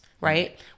right